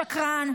שקרן,